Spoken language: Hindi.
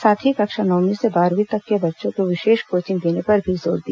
साथ ही कक्षा नवमी से बारहवीं तक के बच्चों को विशेष कोचिंग देने पर भी जोर दिया